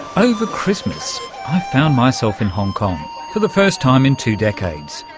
over christmas i found myself in hong kong, for the first time in two decades.